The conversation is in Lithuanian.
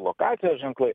lokacijos ženklai